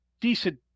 decent